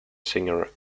singer